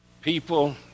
People